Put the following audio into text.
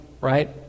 right